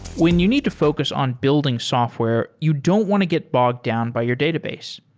when you need to focus on building software, you don't want to get bogged down by your database.